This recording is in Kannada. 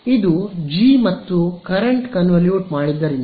ಇದು ಜಿ ಮತ್ತು ಕರೆಂಟ್ ಕನ್ವೋಲ್ಯೂಟ್ ಮಾಡಿದ್ದರಿಂದ